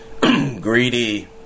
greedy